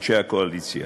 אנשי הקואליציה,